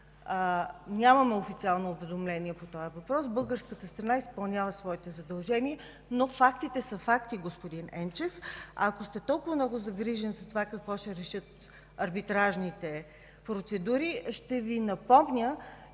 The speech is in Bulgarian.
нямаме официално уведомление по този въпрос, българската страна изпълнява своите задължения, но фактите са факти, господин Енчев. Ако сте толкова много загрижен за това какво ще решат арбитражните процедури, ще Ви напомня,